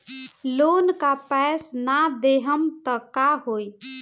Loan का पैस न देहम त का होई?